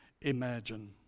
imagine